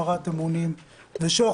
הפרת אמונים ושוחד,